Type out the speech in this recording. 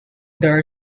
there